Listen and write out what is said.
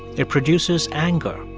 it produces anger,